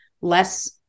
less